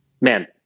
man